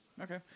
Okay